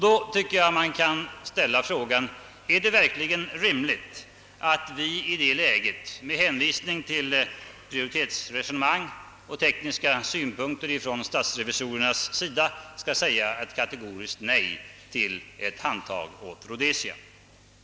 Då kan man fråga om det verkligen är rimligt att vi i detta läge med hänvisning till prioritetsresonemang och tekniska synpunkter från statsrevisorerna skall säga ett kategoriskt nej till ett handtag åt Zambia.